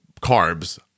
carbs